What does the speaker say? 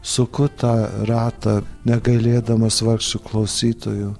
suku tą ratą negailėdamas vargšų klausytojų